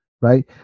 right